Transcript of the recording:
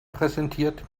präsentiert